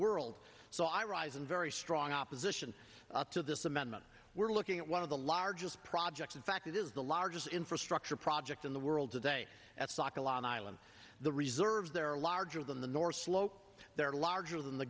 world so i rise and very strong opposition to this amendment we're looking at one of the largest projects in fact it is the largest infrastructure project in the world today at sokolov island the reserves there are larger than the north slope they're larger than the